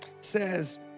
says